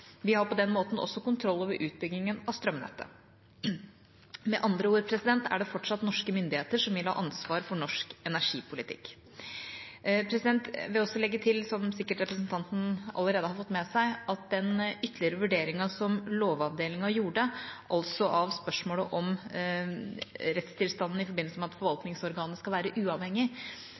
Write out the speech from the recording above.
Vi har på den måten også kontroll over utbyggingen av strømnettet. Med andre ord: Det er fortsatt norske myndigheter som vil ha ansvaret for norsk energipolitikk. Jeg vil også legge til at – som representanten sikkert allerede har fått med seg – den ytterligere vurderingen som Lovavdelingen gjorde av spørsmålet om rettstilstanden i forbindelse med at forvaltningsorganet skal være uavhengig,